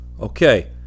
Okay